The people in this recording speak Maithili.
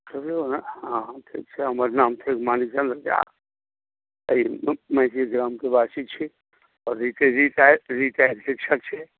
कहियौ ने हँ हम ठीक छी हमर नाम छी मणिचन्द्र झा एहि महिषीए ग्रामके वासी छी आओर रिटायर्ड शिक्षक छी